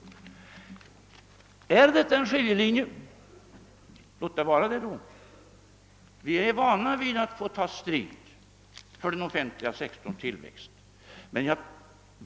Om detta är en skiljelinje, så låt det vara det! Vi är vana vid att ta strid för den offentliga sektorns tillväxt.